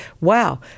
wow